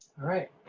alright,